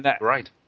Right